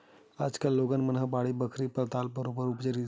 आज कल लोगन मन ह बाड़ी बखरी लगाके पताल के बरोबर उपज लेथे